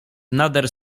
nader